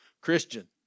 Christian